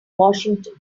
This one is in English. washington